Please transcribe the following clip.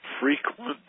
frequent